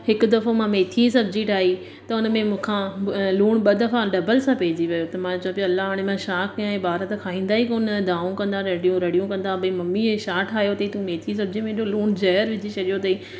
हिकु दफ़ो मां मेथी ई सब्जी ठाई त हुन में मूंखां लुणु ॿ दफ़ा डबल सां पैजी वियो त मां चयो पई अला हाणे मां छा कया ॿार त खाईंदा ई कोन धाऊं कंदा रडियूं रडियूं कंदा भाई मम्मी हे छा ठायो तईं तू मेथी ई सब्जी में एॾो लुणु जहर विझी सॼो तईं